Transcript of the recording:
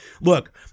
look